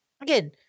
again